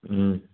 हम्म